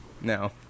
no